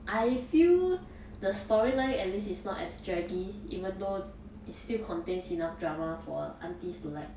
I feel the storyline at least is not as draggy even though it still contains enough drama for aunties to like